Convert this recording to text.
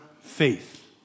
faith